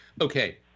Okay